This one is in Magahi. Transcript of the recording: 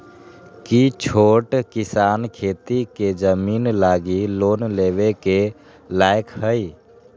कि छोट किसान खेती के जमीन लागी लोन लेवे के लायक हई?